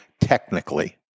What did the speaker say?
technically